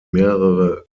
mehrere